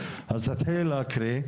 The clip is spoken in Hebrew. אז תתחילי להקריא.